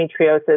endometriosis